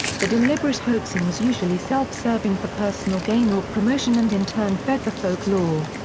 the deliberate hoaxing was usually self-serving for personal gain or promotion and in turn fed the folklore.